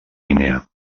guinea